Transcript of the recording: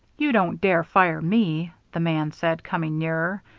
you don't dare fire me, the man said, coming nearer.